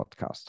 podcast